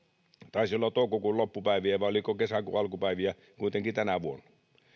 taisi olla toukokuun loppupäiviä vai oliko kesäkuun alkupäiviä kuitenkin tänä vuonna